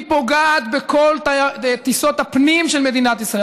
היא פוגעת בכל טיסות הפנים של מדינת ישראל,